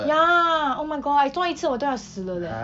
ya oh my god I 做一次我都要死了 leh